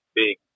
big